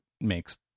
makes